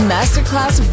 Masterclass